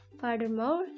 furthermore